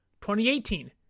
2018